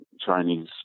Chinese